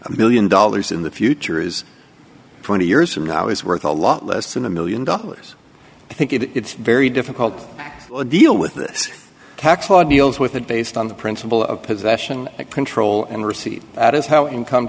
a million dollars in the future is twenty years from now is worth a lot less than a million dollars i think it's very difficult to deal with this tax law deals with it based on the principle of possession control and receipt that is how income